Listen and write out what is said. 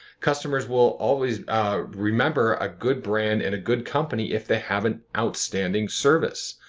customers will always remember a good brand and a good company if they have an outstanding service.